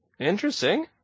Interesting